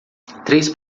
três